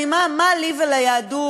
מה לי וליהדות?